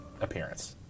appearance